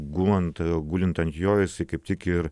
gulant gulint ant jo jisai kaip tik ir